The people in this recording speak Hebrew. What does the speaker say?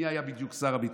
מי היה בדיוק שר הביטחון?